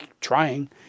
trying